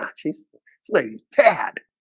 ah she slays pad